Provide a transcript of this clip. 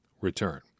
return